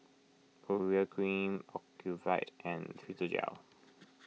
Urea Cream Ocuvite and Physiogel